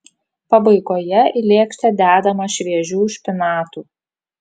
pabaigoje į lėkštę dedama šviežių špinatų